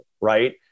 right